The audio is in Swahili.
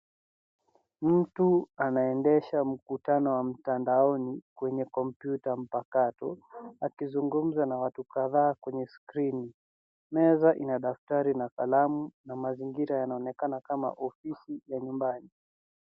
Mtu anaendesha mkutano wa mtandaoni kwenye kompyuta mpakato, akizungumza na watu kadhaa kwenye skrini. Meza ina daftari na kalamu na mazingira yanaonekana kama ofisi ya nyumbani.